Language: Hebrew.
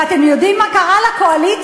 ואתם יודעים מה קרה לקואליציה?